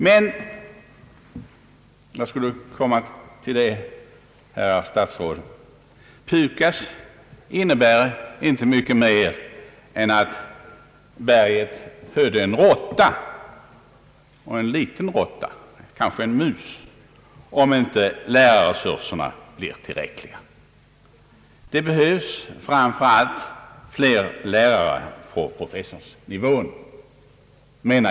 Vad jag skulle komma fram till, herrar statsråd, är följande. PUKAS innebär inte mycket mer än att berget fö der en råtta — en liten råtta, kanske en mus — om inte lärarresurserna blir tillräckliga. Det behövs framför allt fler lärare på professorsnivå.